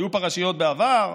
היו פרשיות בעבר.